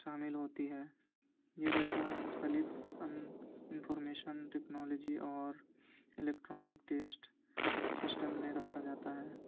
شامل ہوتی ہے یہ ڈیٹا مختلف انفارمیشن ٹیکنالوجی اور الیکٹرانک ٹیسٹ سسٹم میں رکھا جاتا ہے